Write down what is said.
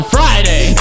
Friday